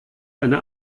eine